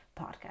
podcast